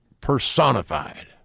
personified